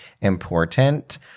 important